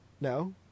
No